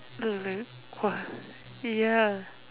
very !wah! ya